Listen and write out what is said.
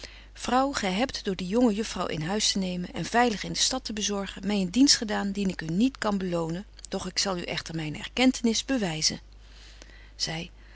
vrouw gy hebt door die jonge juffrouw in huis te nemen en veilig in de stad te bezorgen my een dienst gedaan dien ik u niet kan belonen doch ik zal u echter myne erkentenis bewyzen zy